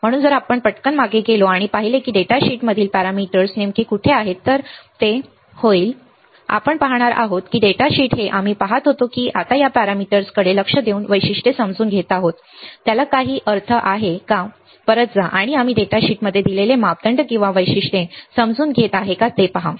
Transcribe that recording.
म्हणून जर आपण पटकन मागे गेलो आणि हे पाहिले की डेटाशीटमधील पॅरामीटर्स नेमके कुठे आहेत तर ते होईल की आपण पाहणार आहोत की डेटा शीट जे आम्ही पहात होतो की आता या पॅरामीटर्सकडे लक्ष देऊन वैशिष्ट्ये समजून घेत आहोत त्याला काही अर्थ आहे का परत जा आणि आम्ही डेटा शीटमध्ये दिलेले मापदंड किंवा वैशिष्ट्ये समजून घेत आहोत का ते पहा